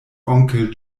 onkel